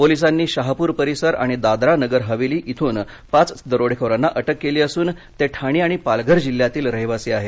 पोलिसांनी शहापुर परिसर आणि दादरा नगर हवेली इथून पाच दरोडेखोरांना अटक केली असून ते ठाणे आणि पालघर जिल्ह्यातील रहिवासी आहेत